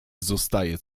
zostaje